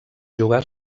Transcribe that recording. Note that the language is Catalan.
jugar